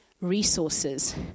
resources